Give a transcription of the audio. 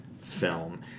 film